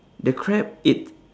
the crab it